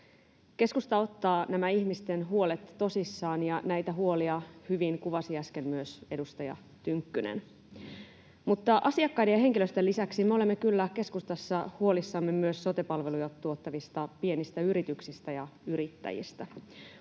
Keskusta ottaa nämä ihmisten huolet tosissaan, ja näitä huolia hyvin kuvasi äsken myös edustaja Tynkkynen. Asiakkaiden ja henkilöstön lisäksi me olemme kyllä keskustassa huolissamme myös sote-palveluja tuottavista pienistä yrityksistä ja yrittäjistä.